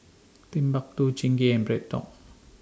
Timbuk two Chingay and BreadTalk